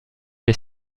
les